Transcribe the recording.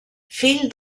fill